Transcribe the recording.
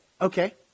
okay